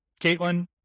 Caitlin